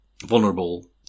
vulnerable